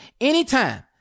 anytime